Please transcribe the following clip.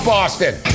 Boston